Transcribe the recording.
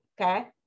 okay